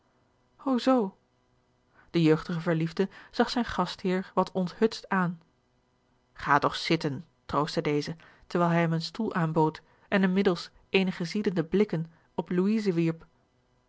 zoo de jeugdige verliefde zag zijn gastheer wat onthutst aan ga toch zitten troostte deze terwijl hij hem een stoel aanbood en inmiddels eenige ziedende blikken op louise wierp